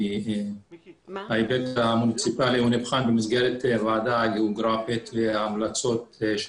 כי ההיבט המוניציפאלי נבחן במסגרת ועדה גיאוגרפית וההמלצות.